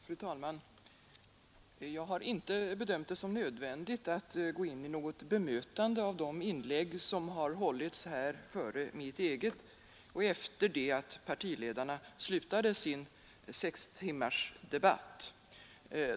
Fru talman! Jag har inte bedömt det som nödvändigt att gå in i något bemötande av de inlägg som har hållits här före mitt eget och efter det att partiledarna slutade sin sex timmar långa debatt.